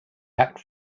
act